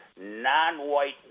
non-white